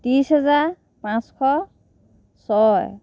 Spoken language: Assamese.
ত্ৰিছ হাজাৰ পাঁচশ ছয়